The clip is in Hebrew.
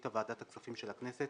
החליטה ועדת הכספים של הכנסת